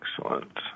Excellent